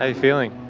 ah feeling?